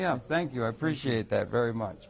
mean thank you i appreciate that very much